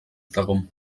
darum